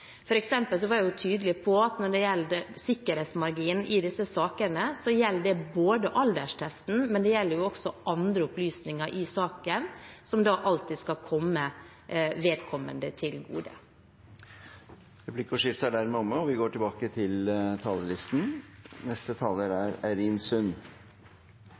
var jeg tydelig på at når det gjelder sikkerhetsmarginen i disse sakene, gjelder det både alderstesten og andre opplysninger i saken, som da alltid skal komme vedkommende til gode. Replikkordskiftet er omme. Da jeg hørte Kristelig Folkeparti på talerstolen i dag, kjente jeg det liksom i magen. For når vi